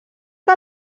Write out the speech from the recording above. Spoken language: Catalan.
que